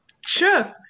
sure